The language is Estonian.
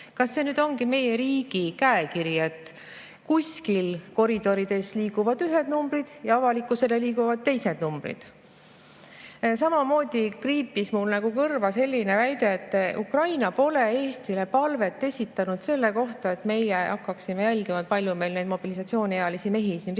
Kas see nüüd ongi meie riigi käekiri, et kuskil koridorides liiguvad ühed numbrid ja avalikkusele liiguvad teised numbrid? Samamoodi kriipis mul kõrva selline väide, et Ukraina pole Eestile palvet esitanud selle kohta, et meie hakkaksime jälgima, kui palju meil mobilisatsiooniealisi mehi siin riigis